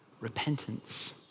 repentance